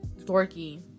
dorky